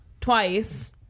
twice